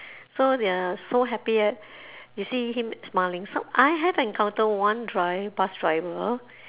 so they're so happy you see him smiling so I have encounter one dri~ bus driver